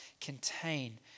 contain